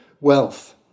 wealth